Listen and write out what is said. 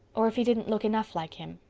or if he didn't look enough like him.